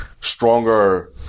stronger